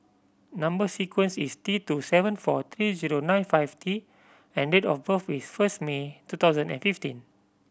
number sequence is T two seven four three zero nine five T and date of birth is first May two thousand and fifty